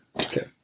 Okay